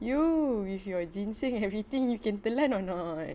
you with your ginseng everything you can telan or not